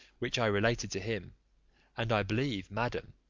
which i related to him and i believe, madam,